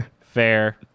fair